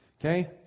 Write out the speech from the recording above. Okay